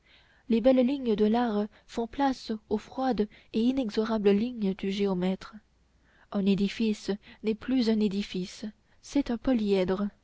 les belles lignes de l'art font place aux froides et inexorables lignes du géomètre un édifice n'est plus un édifice c'est un